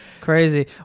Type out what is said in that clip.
crazy